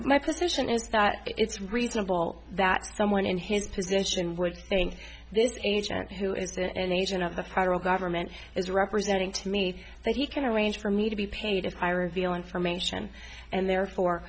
my position is that it's reasonable that someone in his position would think this agent who is an agent of the federal government is representing to me that he can arrange for me to be paid if i reveal information and therefore